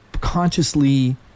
consciously